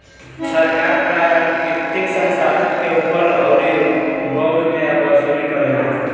सरकार प्राकृतिक संसाधन के ऊपर अउरी उपभोग मे वसूली करेला